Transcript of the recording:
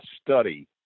study